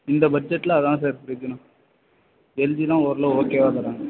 இந்த பட்ஜெட்டில் அதான் சார் எடுத்துக்கணும் எல்ஜிலாம் ஓரளவு ஓகேவா தராங்க